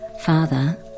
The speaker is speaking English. Father